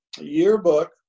yearbook